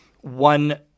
one